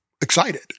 excited